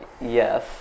Yes